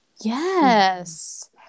yes